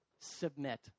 submit